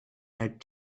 had